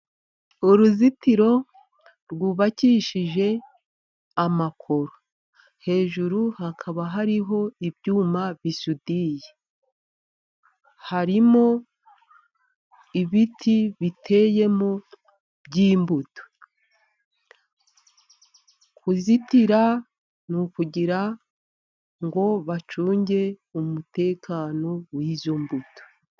Uruzitiro rwubakishije amakoro hejuru hakaba hariho ibyuma bisudiye, harimo ibiti biteyemo by'imbuto kuzitira n'ukugira ngo bacunge umutekano wizo mbuto.